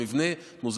או מבנה,